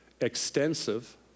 extensive